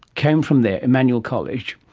came from there, emmanuel college,